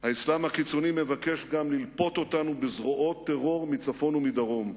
האסלאם הקיצוני מבקש גם ללפות אותנו בזרועות טרור מצפון ומדרום.